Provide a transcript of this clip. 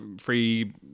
free